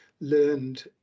learned